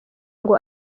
ngo